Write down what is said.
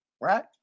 Right